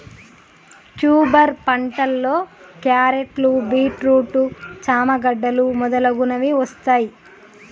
tuber పంటలో క్యారెట్లు, beetroot, చామ గడ్డలు మొదలగునవి వస్తాయ్